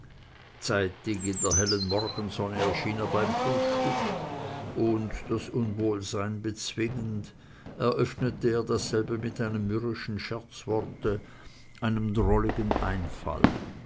zeitig in der hellen morgensonne erschien er beim frühstück und das unwohlsein bezwingend eröffnete er dasselbe mit einem mürrischen scherzworte einem drolligen einfall